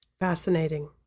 Fascinating